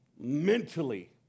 mentally